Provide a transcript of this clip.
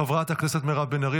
חברת הכנסת מירב בן ארי,